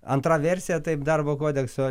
antra versija taip darbo kodekso